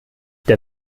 der